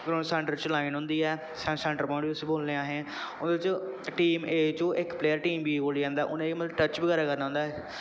ground दे centre च line होंदी ऐ सैंटर पोआइंट बोलने आं अहें ओह्दे च टीम ए चूं इक प्लेयर टीम बी कोल जंदा ऐ उ'न्नै मतलब टच बगैरा करना होंदा ऐ